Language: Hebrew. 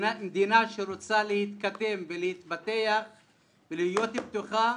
מדינה שרוצה להתקדם ולהתפתח ולהיות פתוחה